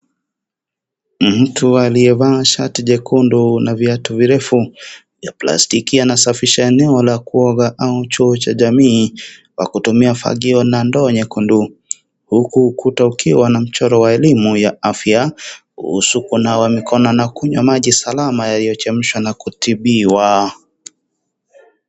Mtu aliyevaa shati jekundu na viatu virefu ya plastiki anasafisha nyumba ya kuoga au choo cha jamii kwa kutumia fagio na ndoo nyekundu huku ukuta ukiwa na mchoro wa elimu ya afya kuhusu kunawa mikono na kunywa maji salama yaliyochemshwa na kutibiwa.